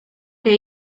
que